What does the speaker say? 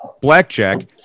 blackjack